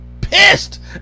pissed